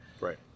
right